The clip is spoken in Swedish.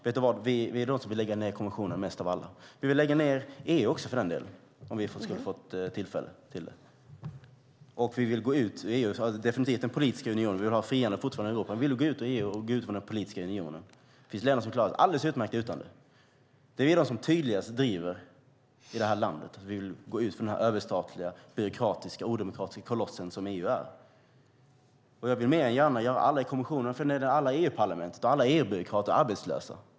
Men vi vill lägga ned kommissionen mest av alla. Vi vill lägga ned EU också om vi får tillfälle. Vi vill att Sverige ska gå ut ur EU, definitivt den politiska unionen, men vi vill fortfarande ha frihandel. Det finns länder som klarar sig alldeles utmärkt utan EU. Vi är de som tydligast i det här landet driver att Sverige ska gå ut ur den överstatliga, byråkratiska och odemokratiska kolossen som EU är. Jag vill mer än gärna göra alla i kommissionen, EU-parlamentet och alla EU-byråkrater arbetslösa.